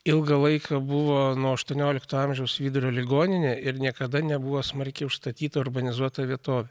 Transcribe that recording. ilgą laiką buvo nuo aštuoniolikto amžiaus vidurio ligoninė ir niekada nebuvo smarkiai užstatyta urbanizuota vietovė